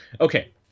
Okay